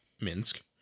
Minsk